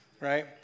Right